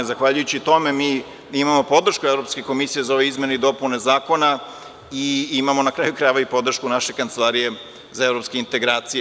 Zahvaljujući tome, mi imamo podršku Evropske komisije za ove izmene i dopune zakona i imamo, na kraju krajeva, i podršku naše Kancelarije za evropske integracije.